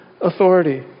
authority